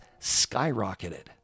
skyrocketed